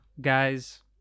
guys